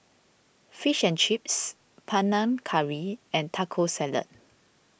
Fish and Chips Panang Curry and Taco Salad